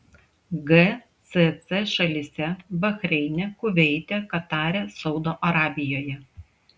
gcc šalyse bahreine kuveite katare saudo arabijoje